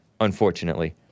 unfortunately